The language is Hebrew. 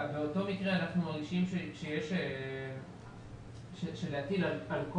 באותו מקרה אנחנו מרגישים שלהטיל על כל